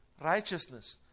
righteousness